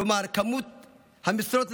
כלומר כמות המשרות,